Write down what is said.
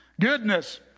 Goodness